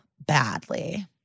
badly